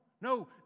no